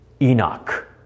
Enoch